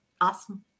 awesome